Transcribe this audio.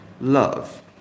Love